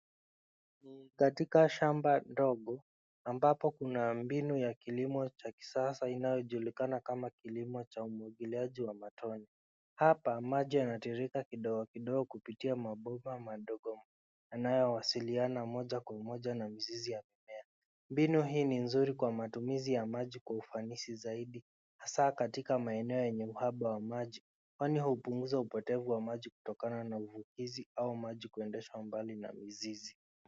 Katika shamba ndogo ambapo kuna mbinu ya kilimo cha kisasa inayojulikana kama kilimo cha umwagiliaji wa matone. Hapa maji yanatiririka kidogo kidogo kupitia mabomba madogo yanayowasiliana moja kwa moja na mzizi wa mimea. Mbinu hii ni nzuri kwa matumizi ya maji kwa ufanisi zaidi hasa katika maeneo yenye uhaba wa maji kwani hupunguza upotevu wa maji kutokana na uvukizi au maji kuendeshwa mbali na mizizi.